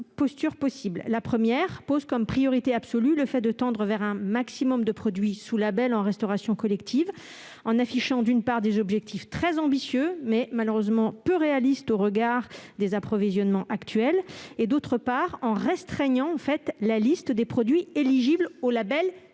La première pose comme priorité absolue le fait de tendre vers un maximum de produits sous labels en restauration collective, d'une part, en affichant des objectifs très ambitieux, mais malheureusement peu réalistes au regard des approvisionnements actuels, et, d'autre part, en restreignant la liste des produits éligibles aux labels les